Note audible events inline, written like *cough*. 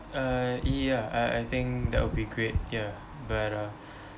uh ya I I think that will be great ya better *breath*